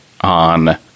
on